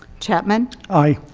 chapman? i.